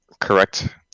correct